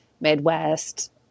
midwest